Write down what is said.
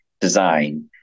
design